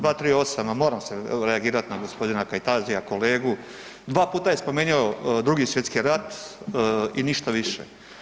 238. ma se reagirati na gospodina Kajtazija kolegu, dva puta je spomenu Drugi svjetski rat i ništa više.